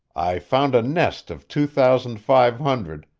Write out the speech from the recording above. i found a nest of two thousand five hundred,